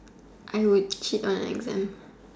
I would cheat on exam